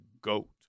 GOAT